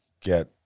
get